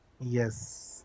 Yes